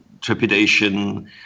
trepidation